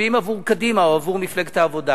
מצביעים עבור קדימה או עבור מפלגת העבודה.